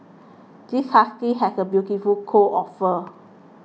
this husky has a beautiful coat of fur